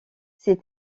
ces